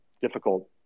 difficult